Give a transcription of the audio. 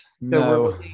No